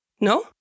no